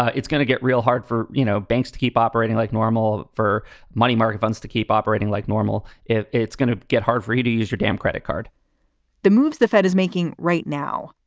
ah it's going to get real hard for you know banks to keep operating like normal for money market funds to keep operating like normal. it's going to get hard for you to use your damn credit card the moves the fed is making right now,